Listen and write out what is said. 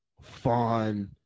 fun